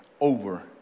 over